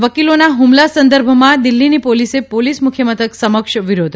વકીલોના હુમલા સંદર્ભમાં દિલ્ફીની પોલીસે પોલીસ મુખ્યમથક સમક્ષ વિરોધ